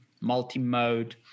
multi-mode